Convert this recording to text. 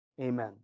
Amen